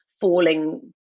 falling